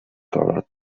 kolor